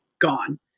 gone